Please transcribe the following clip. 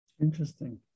Interesting